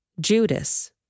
Judas